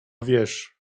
wiesz